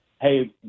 Hey